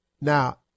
Now